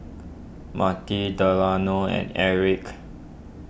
Delano and Erik